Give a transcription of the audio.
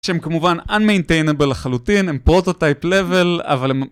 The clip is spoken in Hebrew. שהם כמובן un-maintainable לחלוטין, הם פרוטוטייפ level, אבל הם...